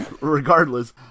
Regardless